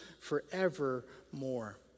forevermore